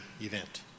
event